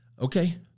Okay